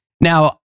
Now